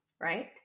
right